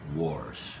wars